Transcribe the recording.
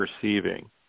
perceiving